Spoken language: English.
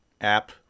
app